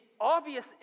obvious